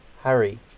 Harry